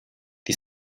die